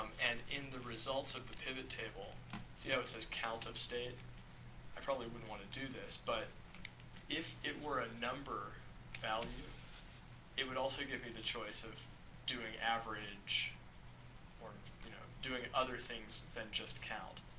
and in the results of the pivot table see how it says count of state i probably wouldn't want to do this but if it were a number value it would also give me the choice of doing average or you know doing other things than just count.